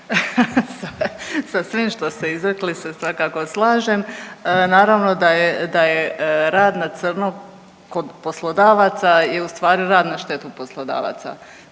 Sa svim što ste izrekli se svakako slažem. Naravno da je rad na crno kod poslodavaca je u stvari rad na štetu poslodavaca.